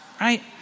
right